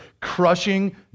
crushing